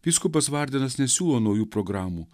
vyskupas vardinas nesiūlo naujų programų